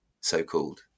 so-called